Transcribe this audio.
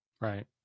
right